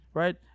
right